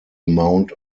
amount